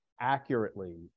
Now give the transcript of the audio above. accurately